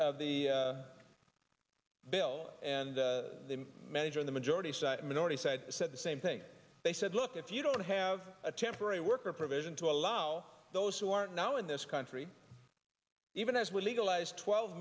of the bill and the manager in the majority minority said said the same thing they said look if you don't have a temporary worker provision to allow those who are now in this country even as we legalize twelve